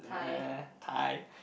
uh thigh